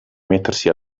mettersi